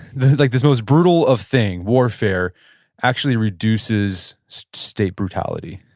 like this most brutal of thing, warfare actually reduces state brutality?